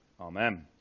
Amen